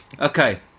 Okay